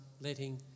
letting